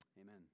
amen